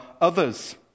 others